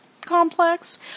complex